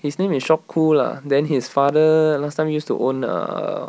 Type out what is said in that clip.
his name is chok khoo lah then his father last time used to own a